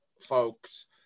folks